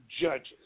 Judges